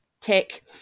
tick